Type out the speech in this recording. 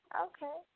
okay